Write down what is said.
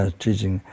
teaching